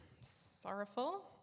sorrowful